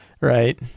right